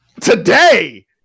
Today